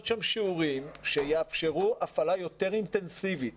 שם שיעורים שיאפשרו הפעלה יותר אינטנסיבית